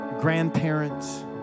grandparents